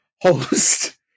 host